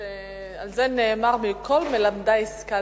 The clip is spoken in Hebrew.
על זה נאמר, מכל מלמדי השכלתי.